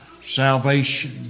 salvation